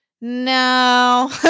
No